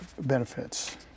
benefits